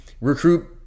Recruit